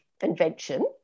invention